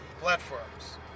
platforms